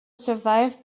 survived